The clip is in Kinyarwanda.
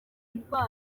indwara